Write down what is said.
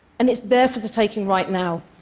and it's there for the taking right now,